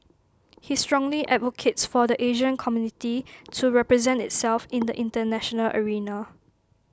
he strongly advocates for the Asian community to represent itself in the International arena